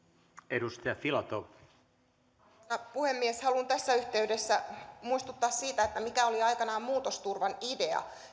arvoisa puhemies haluan tässä yhteydessä muistuttaa siitä mikä oli aikanaan muutosturvan idea